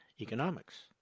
economics